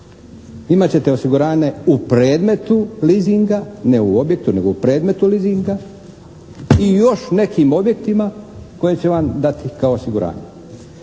Imat ćete osiguranje u predmetu leasinga, ne u objektu nego u predmetu leasinga i još nekim objektima koje će vam dati kao osiguranje.